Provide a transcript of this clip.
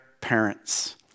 parents